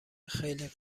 خیلی